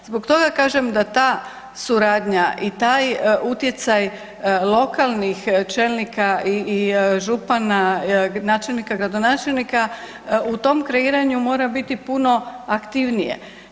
Zbog toga kažem da ta suradnja i taj utjecaj lokalnih čelnika i župana, načelnika i gradonačelnika, u tom kreiranju mora biti puno aktivnije.